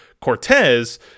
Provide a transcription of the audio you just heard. Cortez